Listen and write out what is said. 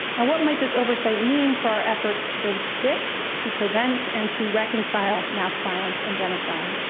and what might this oversight mean for our efforts to predict, to prevent, and to reconcile mass violence and genocide?